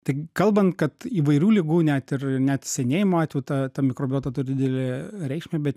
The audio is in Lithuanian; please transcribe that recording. tai kalbant kad įvairių ligų net ir net senėjimo atveju ta ta mikrobiota turi didelę reikšmę bet